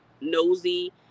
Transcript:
nosy